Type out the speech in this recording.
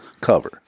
cover